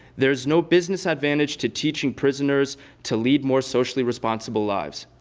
there's no business advantage to teaching prisoners to lead more socially responsible lives.